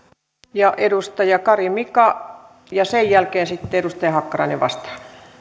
edustaja kari mika ja sen jälkeen sitten edustaja hakkarainen vastaa